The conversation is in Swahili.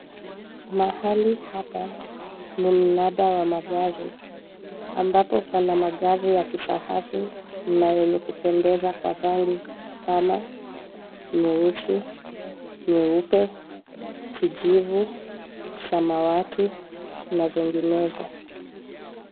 Mahali hapa ni mnada wa magari ambapo pana magari ya kifahari na yenye kupendeza kwa rangi kama nyeusi, nyeupe, kijivu, samawati na zinginezo.